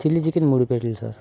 chilli chicken మూడు ప్లేట్లు sir